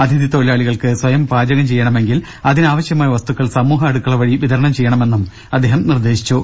അതിഥി തൊഴിലാളികൾക്ക് സ്വയം പാചകം ചെയ്യണമെങ്കിൽ അതിനാവശ്യമായ വസ്തുക്കൾ സമൂഹ അടുക്കള വഴി വിതരണം ചെയ്യണമെന്നും അദ്ദേഹം നിർദ്ദേശിച്ചു